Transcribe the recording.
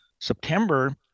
September